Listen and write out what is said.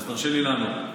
אז תרשה לי לענות.